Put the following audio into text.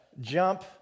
jump